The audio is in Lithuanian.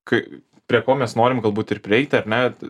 kai prie ko mes norim galbūt ir prieiti ar ne